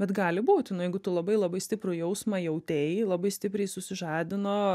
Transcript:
bet gali būti nu jeigu tu labai labai stiprų jausmą jautei labai stipriai susižadino